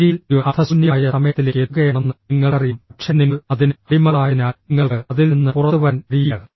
serial ഒരു അർത്ഥശൂന്യമായ സമയത്തിലേക്ക് എത്തുകയാണെന്ന് നിങ്ങൾക്കറിയാം പക്ഷേ നിങ്ങൾ അതിന് അടിമകളായതിനാൽ നിങ്ങൾക്ക് അതിൽ നിന്ന് പുറത്തുവരാൻ കഴിയില്ല